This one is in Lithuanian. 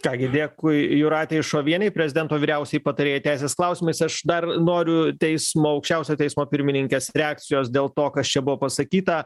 ką gi dėkui jūratei šovienei prezidento vyriausiai patarėjai teisės klausimais aš dar noriu teismo aukščiausiojo teismo pirmininkės reakcijos dėl to kas čia buvo pasakyta